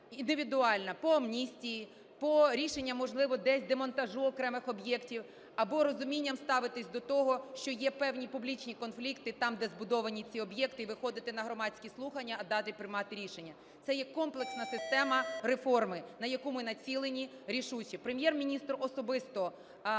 по амністії, по рішенням, можливо, десь демонтажу окремих об'єктів або з розумінням ставитись до того, що є певні публічні конфлікти там, де збудовані ці об'єкти, і виходити на громадські слухання, а далі приймати рішення. Це є комплексна система реформи, на яку ми націлені рішуче. Прем'єр-міністр особисто